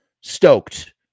stoked